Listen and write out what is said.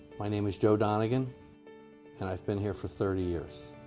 my name is joe donagan and i've been here for thirty years.